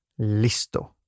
listo